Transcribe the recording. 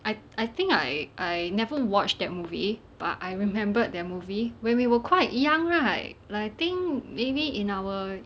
I I think I I never watched that movie but I remembered that movie when we were quite young right like I think maybe in our